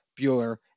Bueller